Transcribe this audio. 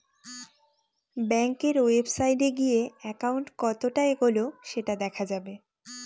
ব্যাঙ্কের ওয়েবসাইটে গিয়ে একাউন্ট কতটা এগোলো সেটা দেখা যাবে